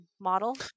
model